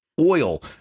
Oil